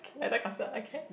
K like that faster okay